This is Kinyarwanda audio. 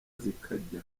zikajya